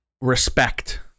Respect